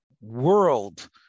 world